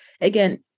again